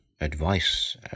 advice